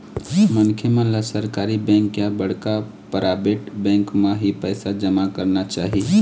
मनखे मन ल सरकारी बेंक या बड़का पराबेट बेंक म ही पइसा जमा करना चाही